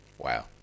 Wow